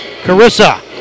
Carissa